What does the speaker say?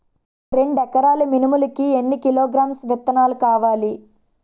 రెండు ఎకరాల మినుములు కి ఎన్ని కిలోగ్రామ్స్ విత్తనాలు కావలి?